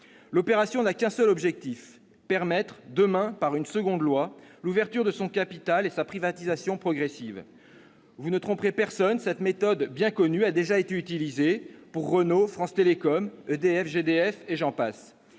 L'opération n'a qu'un seul objectif : permettre demain, par un second texte de loi, l'ouverture du capital de la SNCF et sa privatisation progressive. Vous ne tromperez personne, cette méthode bien connue a déjà été utilisée pour Renault, France Télécom, EDF-GDF, et j'en passe.